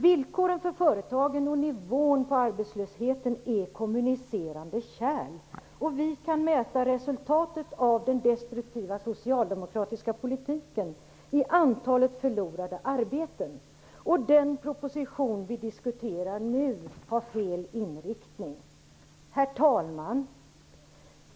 Villkoren för företagen och nivån på arbetslösheten är kommunicerande kärl. Vi kan mäta resultatet av den destruktiva socialdemokratiska politiken i antalet förlorade arbeten. Den prosposition vi diskuterar nu har fel inriktning. Herr talman!